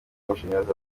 amashanyarazi